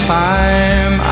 time